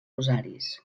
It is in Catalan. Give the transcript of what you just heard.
rosaris